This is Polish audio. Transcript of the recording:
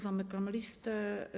Zamykam listę.